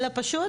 אלא פשוט,